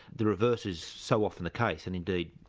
the reverse is so often the case, and indeed,